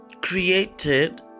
created